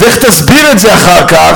אז איך תסביר את זה אחר כך,